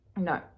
No